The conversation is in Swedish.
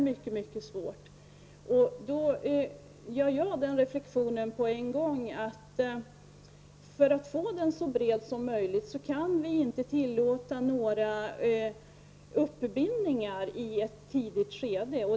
Med en gång gör jag reflexionen att vi, för att få en så bred debatt som möjligt, inte kan tillåta några uppbindningar i ett tidigt skede.